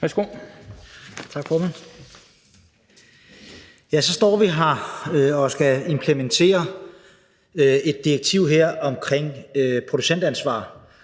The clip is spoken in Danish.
(DF): Tak, formand. Så står vi her og skal implementere et direktiv omkring producentansvar.